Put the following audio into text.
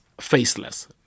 faceless